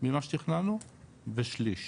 ממה שתיכננו ושליש,